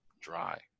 dry